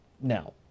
Now